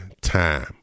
time